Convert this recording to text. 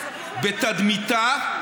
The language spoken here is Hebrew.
בתדמיתה,